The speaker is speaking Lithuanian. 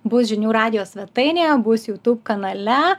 bus žinių radijo svetainėje bus jutūb kanale